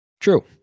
True